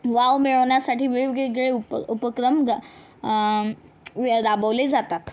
wow मिळवण्यासाठी वेगवेगळे उप उपक्रम रा राबवले जातात